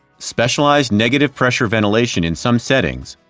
specialized negative pressure ventilation in some settings,